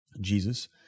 Jesus